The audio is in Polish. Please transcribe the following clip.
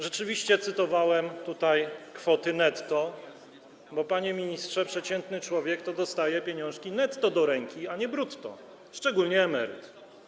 Rzeczywiście podawałem tutaj kwoty netto, bo, panie ministrze, przeciętny człowiek dostaje pieniążki netto do ręki, a nie brutto, szczególnie emeryt.